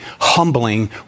humbling